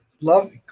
Love